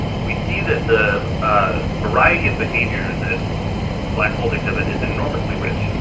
we see that the ah variety of behavior that black holes exhibit is enormously rich.